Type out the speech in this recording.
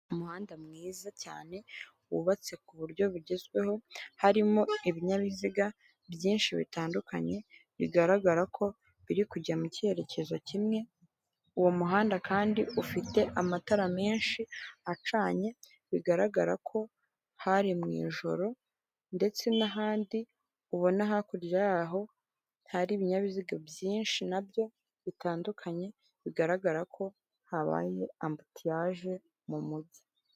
Umuhanda mwiza cyane wubatse ku buryo bugezweho, harimo ibinyabiziga byinshi bitandukanye, bigaragara ko biri kujya mu cyerekezo kimwe, uwo muhanda kandi ufite amatara menshi acanye, bigaragara ko hari mu ijoro, ndetse n'ahandi ubona hakurya yaho hari ibinyabiziga byinshi, na byo bitandukanye, bigaragara ko habaye ambutiyaje mu mujyi.